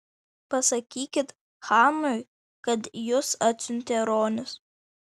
pasakykit chanui kad jus atsiuntė ronis